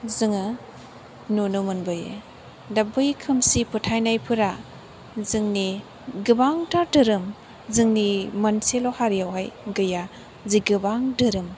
जोङो नुनो मोनबोयो दा बै खोमसि फोथायनाय फोरा जोंनि गोबांथार धोरोम जोंनि मोनसेल' हारि आवहाय गैया जि गोबां धोरोम